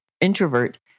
introvert